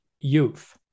youth